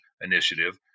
initiative